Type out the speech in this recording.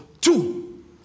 two